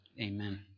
amen